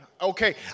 okay